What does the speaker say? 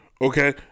okay